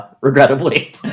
regrettably